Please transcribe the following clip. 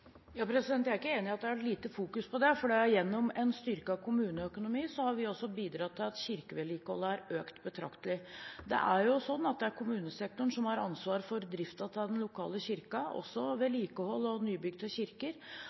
Jeg er ikke enig i at det har vært fokusert lite på dette. Gjennom en styrket kommuneøkonomi har vi bidratt til at vedlikeholdet av kirker har økt betraktelig. Det er kommunesektoren som har ansvaret for driften av den lokale kirken og for vedlikehold og nybygg til kirker.